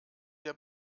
der